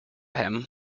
him